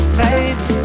baby